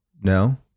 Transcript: No